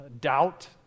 doubt